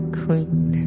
queen